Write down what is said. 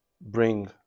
bring